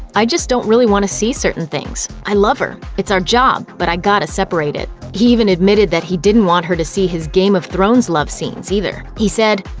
i just don't really wanna see certain things i love her, it's our job, but i gotta separate it. he even admitted that he didn't want her to see his game of thrones love scenes, either. he said,